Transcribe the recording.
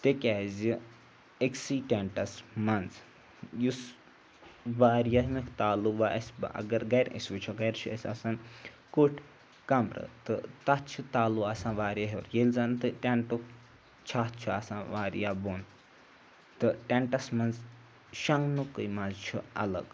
تکیٛازِ أکۍسٕے ٹٮ۪نٛٹَس منٛز یُس وارایاہ ییٚمیُک تالُو آسہِ اگر گَرِ اَسہِ وٕچھو گَرِ چھِ اَسہِ آسان کُٹھ کَمرٕ تہٕ تَتھ چھِ تالُو آسان واریاہ ہیوٚر ییٚلہِ زَن تہٕ ٹٮ۪نٛٹُک چھَتھ چھُ آسان وایاہ بۄن تہٕ ٹٮ۪نٛٹَس منٛز شوٚنٛگنُکُے مَزٕ چھُ اَلگ